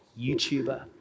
YouTuber